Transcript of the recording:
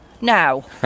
now